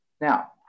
Now